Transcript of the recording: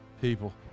people